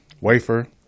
Wafer